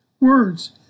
Words